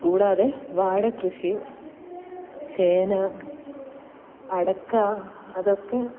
കൂടാതെ വാഴകൃഷി ചേന അടയ്ക്ക അതൊക്കെ